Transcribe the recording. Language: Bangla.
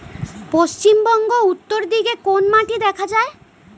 পশ্চিমবঙ্গ উত্তর দিকে কোন মাটি দেখা যায়?